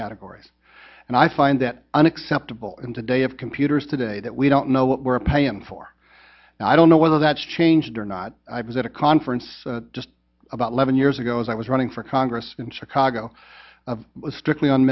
categories and i find that unacceptable in today of computers today that we don't know what we're paying for now i don't know whether that's changed or not i was at a conference just about eleven years ago as i was running for congress in chicago strictly on